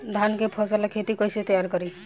धान के फ़सल ला खेती कइसे तैयार करी?